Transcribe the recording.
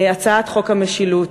הצעת חוק המשילות,